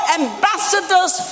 ambassadors